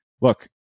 Look